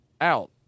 out